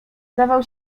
zdawał